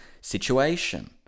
situation